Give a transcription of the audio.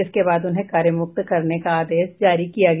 इसके बाद उन्हें कार्यमुक्त करने का आदेश जारी किया गया